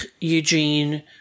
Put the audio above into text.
Eugene